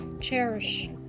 cherish